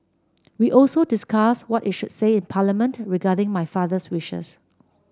we also discussed what is should say in Parliament regarding my father's wishes